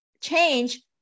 change